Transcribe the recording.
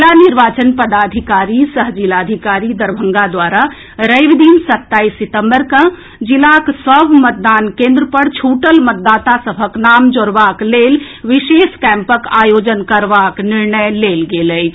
जिला निवार्चन पदाधिकारी सह जिलाधिकारी दरभंगा द्वारा रवि दिन सत्ताईस सितम्बर के जिलाक सभ मतदान केन्द्र पर छूटल मतदाता सभक नाम जोड़एबाक लेल विशेष कैम्पक आयोजन करबाक निर्णय लेल गेल अछि